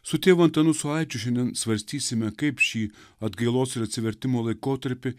su tėvu antanu saulaičiu šiandien svarstysime kaip šį atgailos ir atsivertimo laikotarpį